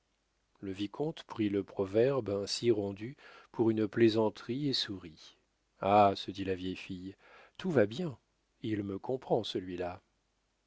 le vicomte prit le proverbe ainsi rendu pour une plaisanterie et sourit ah se dit la vieille fille tout va bien il me comprend celui-là